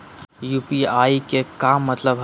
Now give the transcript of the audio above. UPI के का मतलब हई?